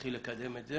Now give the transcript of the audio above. להתחיל לקדם את זה